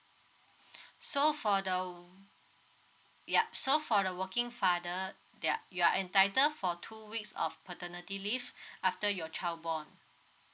so for the yup so for the working father you're you are entitle for two weeks of paternity leave after your child born